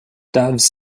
doves